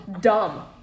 dumb